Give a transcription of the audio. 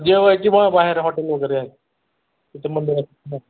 जेवायची बुवा बाहेर हॉटेल वगैरे आहेत तिथं मंदिरात हो